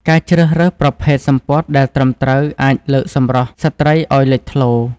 ការជ្រើសរើសប្រភេទសំពត់ដែលត្រឹមត្រូវអាចលើកសម្រស់ស្ត្រីអោយលេចធ្លោ។